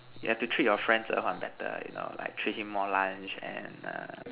yeah to treat your friends oh one better you know like treat him more lunch and err